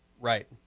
Right